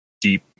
deep